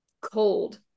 cold